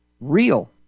Real